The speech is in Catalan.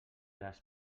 les